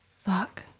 Fuck